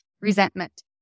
resentment